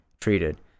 treated